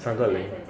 三个零